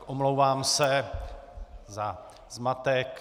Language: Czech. Omlouvám se za zmatek.